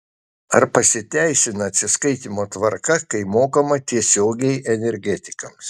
ar pasiteisina atsiskaitymo tvarka kai mokama tiesiogiai energetikams